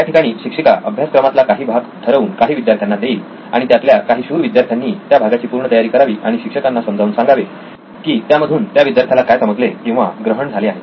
या ठिकाणी शिक्षिका अभ्यासक्रमातला काही भाग ठरवून काही विद्यार्थ्यांना देईल आणि त्यातल्या काही शूर विद्यार्थ्यांनी त्या भागाची पूर्ण तयारी करावी आणि शिक्षकांना समजावून सांगावे की त्यामधून त्या विद्यार्थ्याला काय समजले किंवा ग्रहण झाले आहे